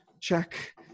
check